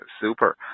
super